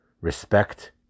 respect